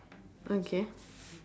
okay